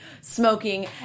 smoking